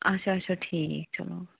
اچھا اچھا ٹھیٖک چلو